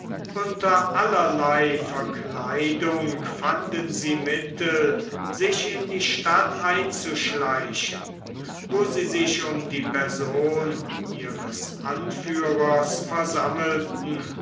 unter allerlei verkleidung fanden sie mittel sich in die stadt anzuschleichen wo sie sich um die person ihres anführers versammelten